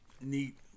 neat